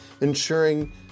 ensuring